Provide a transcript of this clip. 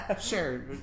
Sure